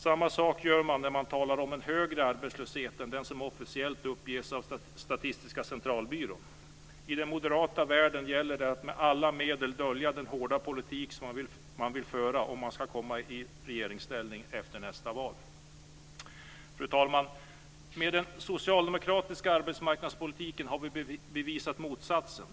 Samma sak gör man när man talar om en högre arbetslöshet än den som officiellt uppges av Statistiska centralbyrån. I den moderata världen gäller det att med alla medel dölja den hårda politik som man vill föra om man kommer i regeringsställning efter nästa val. Fru talman! Med den socialdemokratiska arbetsmarknadspolitiken har vi bevisat motsatsen.